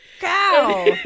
cow